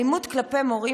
האלימות כלפי מורים,